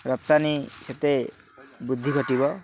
ରପ୍ତାନି ସେତେ ବୃଦ୍ଧି ଘଟିବ